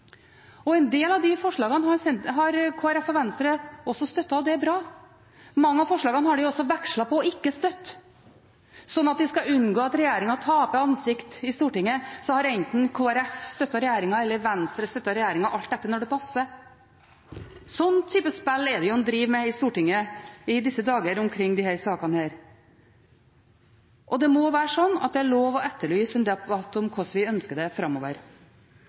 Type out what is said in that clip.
Stortinget. En del av de forslagene har Kristelig Folkeparti og Venstre også støttet, og det er bra. Mange av forslagene har de også vekslet på ikke å støtte. For at de skal unngå at regjeringen taper ansikt i Stortinget, har enten Kristelig Folkeparti støttet regjeringen eller Venstre støttet regjeringen, alt etter når det passer. En sånn type spill er det en driver med her i Stortinget i disse dager omkring disse sakene, og det må være lov å etterlyse en debatt om hvordan vi ønsker det framover.